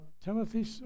Timothy